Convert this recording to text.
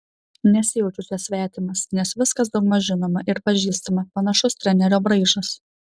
nesijaučiu čia svetimas nes viskas daugmaž žinoma ir pažįstama panašus trenerio braižas